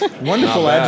wonderful